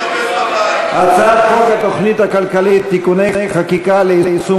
הצעת חוק התוכנית הכלכלית (תיקוני חקיקה ליישום